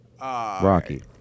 rocky